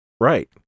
Right